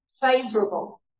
favorable